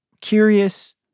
curious